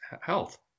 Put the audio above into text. health